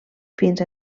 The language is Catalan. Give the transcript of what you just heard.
fins